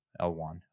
L1